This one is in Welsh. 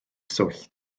swllt